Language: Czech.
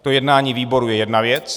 To jednání výboru je jedna věc.